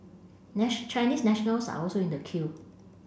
Chinese nationals are also in the queue